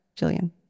Jillian